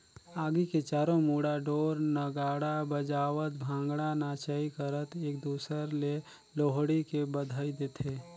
आगी के चारों मुड़ा ढोर नगाड़ा बजावत भांगडा नाचई करत एक दूसर ले लोहड़ी के बधई देथे